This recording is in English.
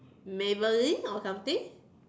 Maybelline or something